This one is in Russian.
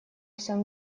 всем